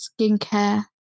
skincare